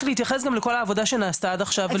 להתייחס גם לכל העבודה שנעשתה עד עכשיו.